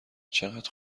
چقدر